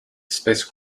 space